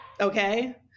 Okay